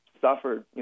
suffered